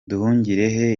nduhungirehe